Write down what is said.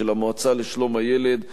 של המועצה לשלום הילד,